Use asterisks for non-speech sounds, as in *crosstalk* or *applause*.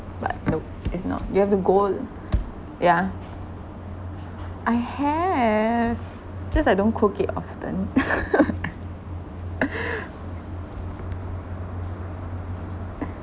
but nope it's not you have to go yeah I have just I don't cook it often *laughs*